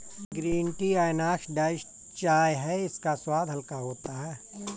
green tea unoxidised चाय है इसका स्वाद हल्का होता है